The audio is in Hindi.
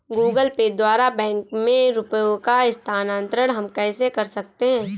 गूगल पे द्वारा बैंक में रुपयों का स्थानांतरण हम कैसे कर सकते हैं?